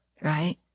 Right